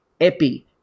EPI